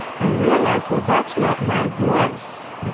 i realize well that's not my voice,